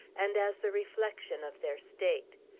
and as the reflection of their state.